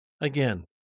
Again